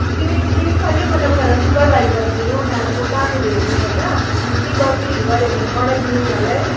तिमी तिमी खालि मतलब उनीहरूलाई सुपरभाइज गरिदिनु उनीहरूको कामहरू हेर्नु होइन केही गल्तीहरू गर्यो भने कराइदिनु उनीहरूलाई